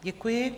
Děkuji.